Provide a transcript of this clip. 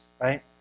right